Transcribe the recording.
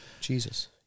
Jesus